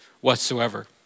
whatsoever